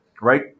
right